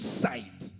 sight